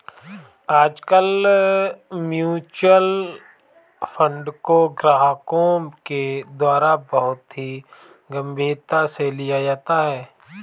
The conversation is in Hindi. आजकल म्युच्युअल फंड को ग्राहकों के द्वारा बहुत ही गम्भीरता से लिया जाता है